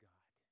God